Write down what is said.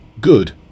Good